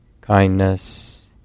kindness